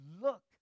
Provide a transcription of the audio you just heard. look